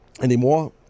anymore